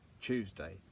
Tuesday